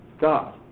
God